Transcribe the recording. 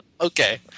Okay